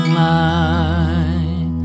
light